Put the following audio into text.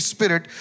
Spirit